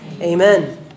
Amen